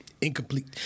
Incomplete